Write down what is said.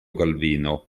calvino